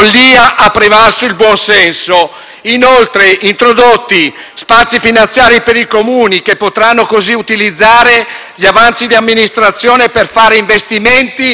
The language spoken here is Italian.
sono stati introdotti spazi finanziari per i Comuni, che potranno così utilizzare gli avanzi di amministrazione per fare investimenti necessari alla ricostruzione.